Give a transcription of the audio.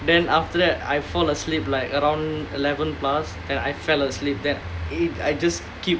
then after that I fall asleep like around eleven plus then I fell asleep then I I just keep